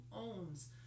owns